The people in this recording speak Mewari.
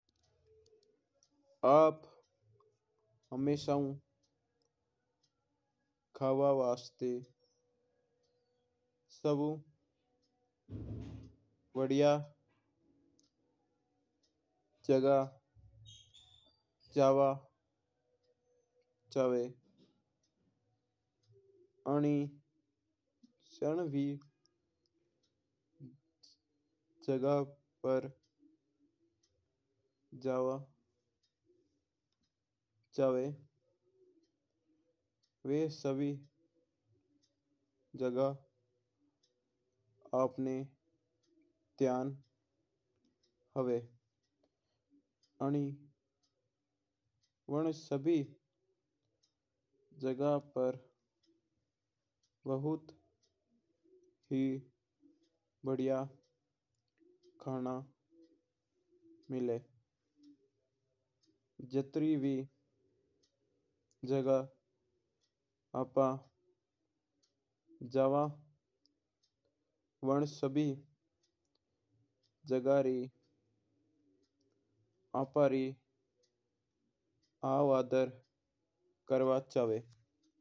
देखो सा हुकम आप हमेशा हू खावा वास्ता सभी वाद्या जगह जवा चवा। आना जन भी जगह पर जवा चवा वा सभी जगह आपना ध्यान हुआ। आणी वन्न सभी जगह पर भी ही बढिया खाणू मिल्ला जितरी भी जगह आपा जवा वन्न सभी जगह री आपरी आव आधार करबो चवा।